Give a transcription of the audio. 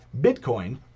Bitcoin